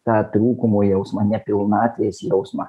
tą trūkumo jausmą ne pilnatvės jausmą